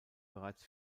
bereits